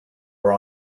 are